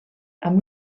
amb